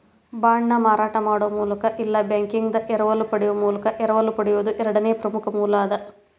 ಬಾಂಡ್ನ ಮಾರಾಟ ಮಾಡೊ ಮೂಲಕ ಇಲ್ಲಾ ಬ್ಯಾಂಕಿಂದಾ ಎರವಲ ಪಡೆಯೊ ಮೂಲಕ ಎರವಲು ಪಡೆಯೊದು ಎರಡನೇ ಪ್ರಮುಖ ಮೂಲ ಅದ